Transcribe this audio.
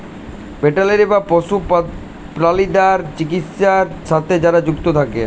veterinary বা পশু প্রালিদ্যার চিকিৎছার সাথে যারা যুক্ত থাক্যে